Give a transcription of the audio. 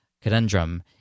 conundrum